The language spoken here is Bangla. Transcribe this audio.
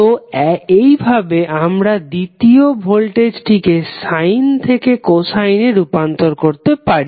তো এইভাবে আমরা দ্বিতীয় ভোল্টেজকে সাইন থেকে কোসাইনে রূপান্তর করতে পারি